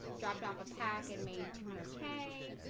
dropped off a pack and made two hundred k